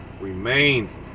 remains